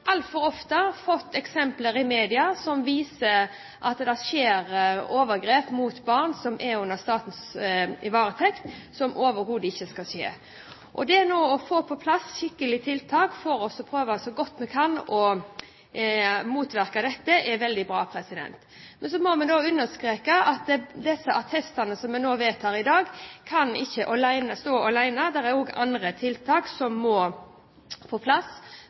altfor ofte fått eksempler i media som viser at det skjer overgrep mot barn som er i statens varetekt, som overhodet ikke skal skje. Det nå å få på plass skikkelige tiltak for å prøve så godt vi kan å motvirke dette, er veldig bra. Men så må vi understreke at kravet om de attestene som vi nå vedtar i dag, kan ikke stå alene. Det er også andre tiltak som må på plass